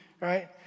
right